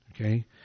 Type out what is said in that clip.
Okay